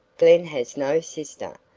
glen has no sister.